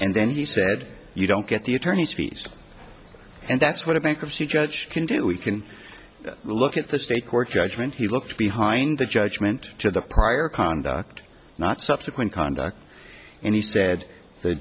and then he said you don't get the attorney's fees and that's what a bankruptcy judge can do we can look at the state court judgment he looks behind the judgment to the prior conduct not subsequent conduct and he said the